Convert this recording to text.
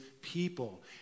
people